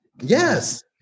Yes